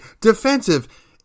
defensive